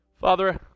Father